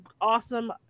awesome